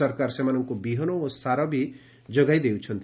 ସରକାର ସେମାନଙ୍କ ବିହନ ଓ ସାର ବି ଯୋଗାଇ ଦେଉଛନ୍ତି